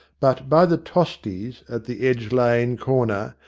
but by the tosties at the edge lane corner,